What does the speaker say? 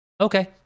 okay